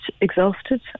exhausted